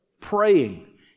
Praying